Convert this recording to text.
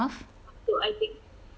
upload I think